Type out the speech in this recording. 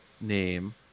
name